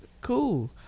cool